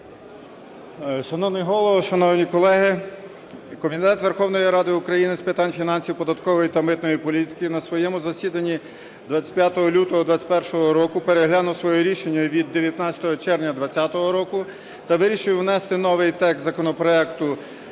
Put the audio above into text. Шановний Голово, шановні колеги, Комітет Верховної Ради України з питань фінансів, податкової та митної політики на своєму засіданні 25 лютого 2021 року переглянув своє рішення від 19 червня 2020 року та вирішив внести новий текст законопроекту